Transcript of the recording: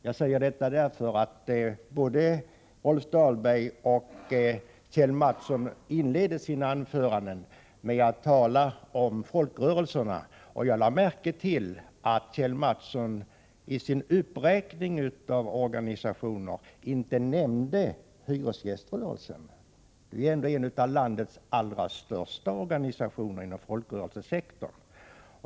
Jag säger detta därför att både Rolf Dahlberg och Kjell Mattsson inledde sina anföranden med att tala om folkrörelserna. Jag lade märke till att Kjell Mattsson i sin uppräkning av organisationer inte nämnde hyresgäströrelsen. Den är ändå en av landets allra största organisationer inom folkrörelsesektorn.